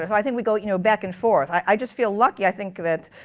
i think we go you know back and forth. i just feel lucky, i think, that